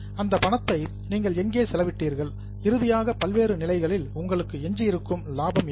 அந்த பணத்தை நீங்கள் எங்கே செலவிட்டீர்கள் இறுதியாக பல்வேறு நிலைகள் உங்களுக்கு எஞ்சியிருக்கும் லாபம் என்ன